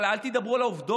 אבל אל תדברו על העובדות.